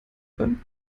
beim